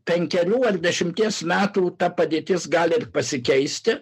penkerių ar dešimties metų ta padėtis gali ir pasikeisti